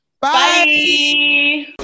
Bye